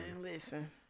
listen